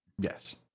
yes